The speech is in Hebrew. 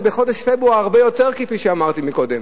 וכפי שאמרתי קודם,